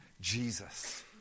Jesus